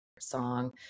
song